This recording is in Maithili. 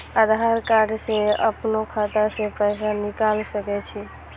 आधार कार्ड से अपनो खाता से पैसा निकाल सके छी?